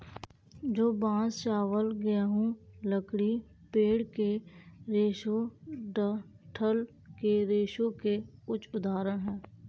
जौ, बांस, चावल, गेहूं, लकड़ी, पेड़ के रेशे डंठल के रेशों के कुछ उदाहरण हैं